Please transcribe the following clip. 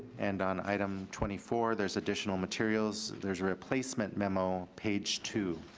and on item twenty four, there's additional materials. there's a replacement memo, page two.